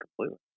completely